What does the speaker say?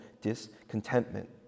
discontentment